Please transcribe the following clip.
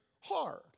hard